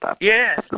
Yes